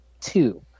two